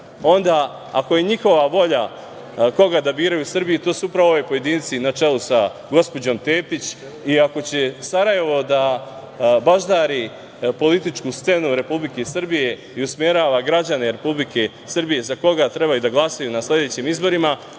onda ako je njihova volja koga da biraju u Srbiji to su upravo ovi pojedinci na čelu sa gospođom Tepić, i ako će Sarajevo da baždari političku scenu Republike Srbije i usmerava građane Republike Srbije za koga treba da glasaju na sledećim izborima,